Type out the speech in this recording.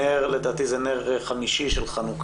ערב נר חמישי של חנוכה,